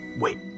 Wait